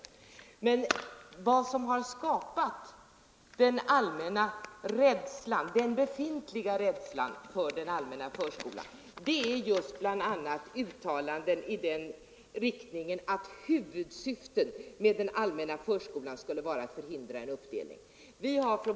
Men vad som har skapat den befintliga rädslan för den allmänna förskolan är just bl.a. uttalanden i den riktningen att huvudsyftet med den allmänna förskolan skulle vara att förhindra en uppdelning.